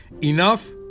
enough